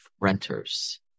renters